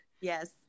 Yes